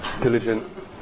Diligent